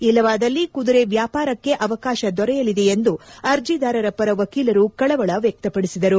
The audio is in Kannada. ಇಲ್ಲವಾದಲ್ಲಿ ಕುದುರೆ ವ್ಯಾಪಾರಕ್ಕೆ ಅವಕಾಶ ದೊರೆಯಲಿದೆ ಎಂದು ಅರ್ಜಿದಾರರ ಪರ ವಕೀಲರು ಕಳವಳ ವ್ಯಕ್ತಪಡಿಸಿದರು